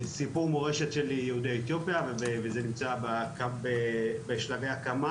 לסיפור מורשת של יהודי אתיופיה וזה נמצא כאן בשלבי הקמה